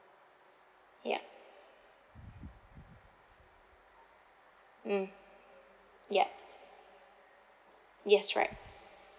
ya mm ya yes right